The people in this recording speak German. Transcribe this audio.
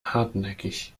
hartnäckig